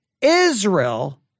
Israel